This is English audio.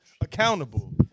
accountable